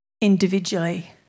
individually